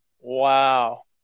Wow